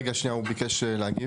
רגע, שנייה, הוא ביקש להגיב.